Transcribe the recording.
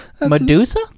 Medusa